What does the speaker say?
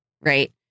right